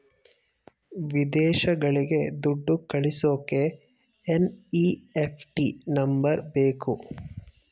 ವಿದೇಶಗಳಿಗೆ ದುಡ್ಡು ಕಳಿಸೋಕೆ ಎನ್.ಇ.ಎಫ್.ಟಿ ನಂಬರ್ ಬೇಕು